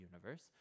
universe